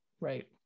right